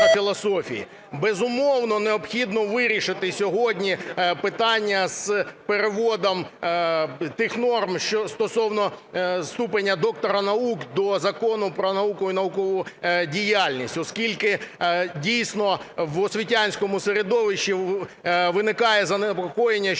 Безумовно, необхідно вирішити сьогодні питання з переводом тих норм стосовно ступеня доктора наук до Закону про науку і наукову діяльність, оскільки дійсно в освітянському середовищі виникає занепокоєння щодо надбавок